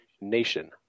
nation